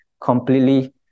completely